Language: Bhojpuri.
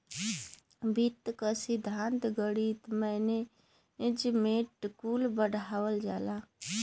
वित्त क सिद्धान्त, गणित, मैनेजमेंट कुल पढ़ावल जाला